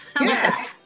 Yes